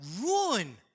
ruin